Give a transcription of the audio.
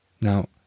Now